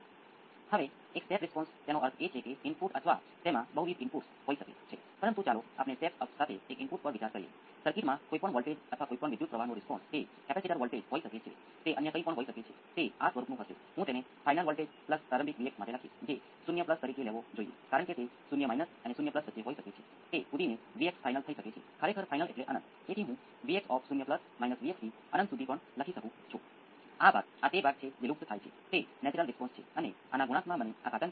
તેથી જ્યારે તમે કોઈ વસ્તુની ચકાસણી કરવા માંગતા હો ત્યારે આખરે શું પરીક્ષણ કરવામાં આવે છે ચાલો કહીએ કે તમારી પાસે પ્રમાણભૂત ઇનપુટ છે અને તમારી પાસે પ્રમાણભૂત ઇનપુટ માટે ગણેલ આઉટપુટ છે જ્યારે તમે પ્રયોગ કરો ત્યારે તે કંઈપણ હોઈ શકે છે તમે આઉટપુટ માપવા સમાન પ્રમાણભૂત ઇનપુટ લાગુ કર્યું છે અને જુઓ કે તે તમારી ગણતરી સાથે મેળ થાય છે કે નહીં પરંતુ પરીક્ષણ કરીને અમારી પાસે તમારી અપેક્ષા મુજબની વસ્તુ છે અને તમે પરીક્ષણ કરો છો તે આપણે જોઈએ છીએ કે તમને જે અપેક્ષા છે તે મળે છે કે નહીં